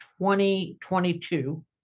2022